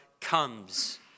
comes